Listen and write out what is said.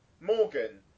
Morgan